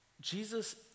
Jesus